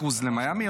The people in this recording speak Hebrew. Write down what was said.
קרוז למיאמי,